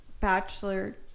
Bachelor